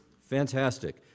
fantastic